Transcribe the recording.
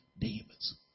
demons